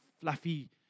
fluffy